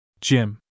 Jim